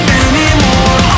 anymore